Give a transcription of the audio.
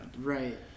Right